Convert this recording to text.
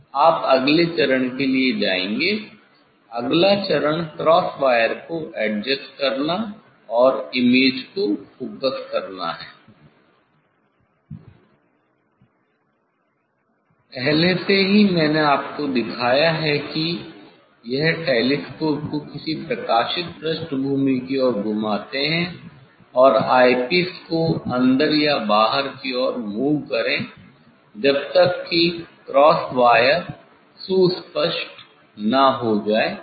आप अगले चरण के लिए जाएंगे अगला चरण क्रॉस वायर को एडजस्ट करना और इमेज को फोकस करना है पहले से ही मैंने आपको दिखाया है कि यह टेलीस्कोप को किसी प्रकाशित पृष्ठभूमि की ओर घुमाता और ऑयपीस को अंदर या बाहर की ओर मूव करे जब तक कि क्रॉस वायर सुस्पष्ट न हो जाए